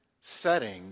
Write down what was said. setting